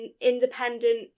Independent